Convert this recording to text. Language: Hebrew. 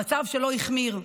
המצב שלו החמיר.